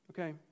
Okay